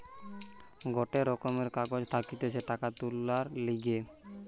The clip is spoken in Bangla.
গটে রকমের কাগজ থাকতিছে টাকা তুলার লিগে